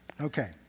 Okay